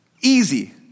easy